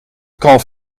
kalf